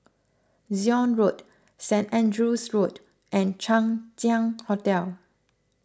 Zion Road Saint Andrew's Road and Chang Ziang Hotel